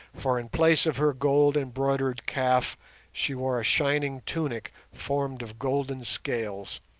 for in place of her gold embroidered kaf she wore a shining tunic formed of golden scales,